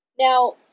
Now